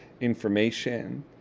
information